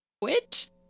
quit